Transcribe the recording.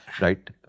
Right